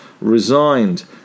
resigned